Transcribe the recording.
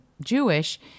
Jewish